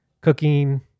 cooking